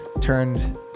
turned